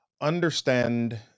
understand